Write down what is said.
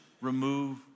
remove